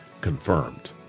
confirmed